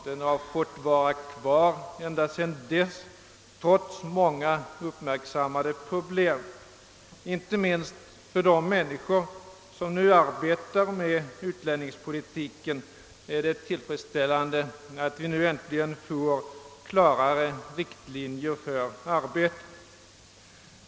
Den har fått vara kvar ända sedan dess trots många uppmärksammade problem. Inte minst för de människor som nu arbetar med utlänningspolitiken är det tillfredsställande att vi äntligen får klarare riktlinjer för detta arbete.